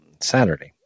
Saturday